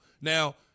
Now